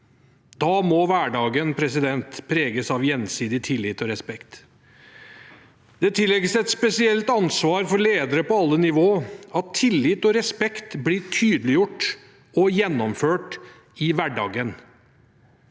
Da må hverdagen preges av gjensidig tillit og respekt. Det tilligger et spesielt ansvar for ledere på alle nivå at tillit og respekt blir tydeliggjort og gjennomført i hverdagen,